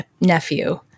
nephew